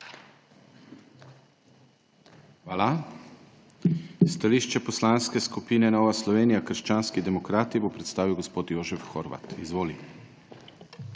Hvala. Stališče Poslanske skupine Nova Slovenija − krščanski demokrati bo predstavil gospod Jožef Horvat. Izvolite.